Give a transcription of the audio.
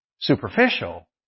superficial